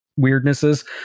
weirdnesses